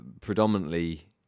predominantly